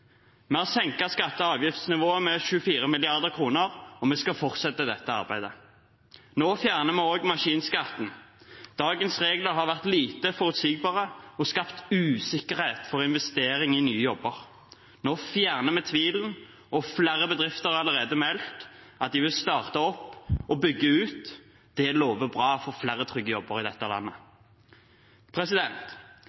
vi skal fortsette dette arbeidet. Vi har senket skatte- og avgiftsnivået med 24 mrd. kr, og vi skal fortsette dette arbeidet. Nå fjerner vi maskinskatten. Dagens regler har vært lite forutsigbare og skapt usikkerhet for investeringer i nye jobber. Nå fjerner vi tvilen, og flere bedrifter har allerede meldt at de vil starte opp og bygge ut. Det lover bra for flere trygge jobber i dette landet.